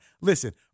Listen